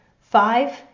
Five